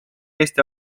eesti